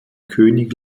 könig